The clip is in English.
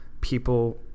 people